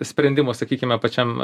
sprendimo sakykime pačiam